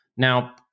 Now